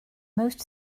most